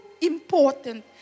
important